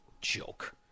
Joke